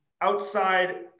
outside